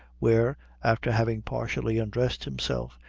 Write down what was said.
where, after having partially undressed himself,